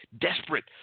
desperate